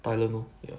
thailand lor ya